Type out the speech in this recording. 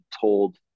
told